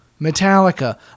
Metallica